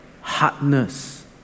hardness